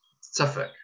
Suffolk